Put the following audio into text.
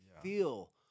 feel